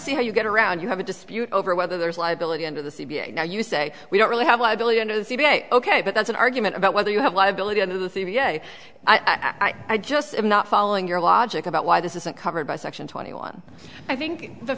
see how you get around you have a dispute over whether there's liability under the c b i now you say we don't really have liability under the c p a ok but that's an argument about whether you have liability under the theme yeah i just am not following your logic about why this isn't covered by section twenty one i think the